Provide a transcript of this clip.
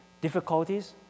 difficulties